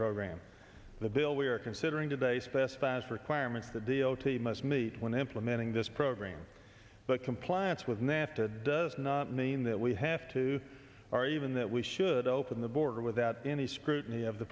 program the bill we are considering today specifies requirements that the o t must meet when implementing this program but compliance with nafta does not mean that we have to or even that we should open the border without any scrutiny of the